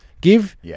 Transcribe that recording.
give